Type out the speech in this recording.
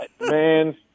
man